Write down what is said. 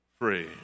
free